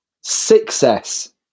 Success